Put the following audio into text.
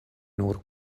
nur